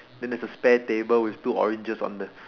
then there's a spare table with two oranges on the